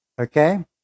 Okay